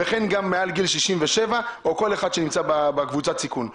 וכן גם מעל גיל 67 או כל אחד שנמצא בקבוצת סיכון.